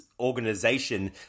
Organization